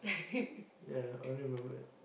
yeah I only remembered